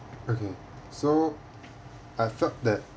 okay so I felt that